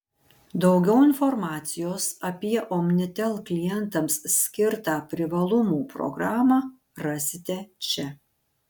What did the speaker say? daugiau informacijos apie omnitel klientams skirtą privalumų programą rasite čia